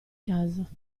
casa